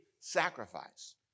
sacrifice